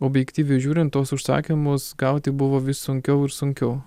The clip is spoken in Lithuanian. objektyviai žiūrint tuos užsakymus gauti buvo vis sunkiau ir sunkiau